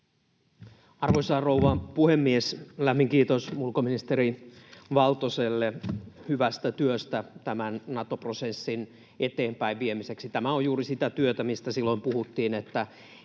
Arvoisa rouva puhemies! Lämmin kiitos ulkoministeri Valtoselle hyvästä työstä tämän Nato-prosessin eteenpäin viemiseksi. Tämä on juuri sitä työtä, mistä silloin puhuttiin, että